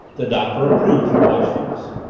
the doctor approved her watchfulness.